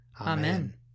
Amen